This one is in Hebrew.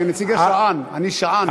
כנציג השען, אני שען.